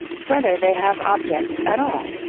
whether they have objects at all.